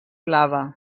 blava